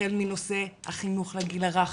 החל מנושא החינוך לגיל הרך,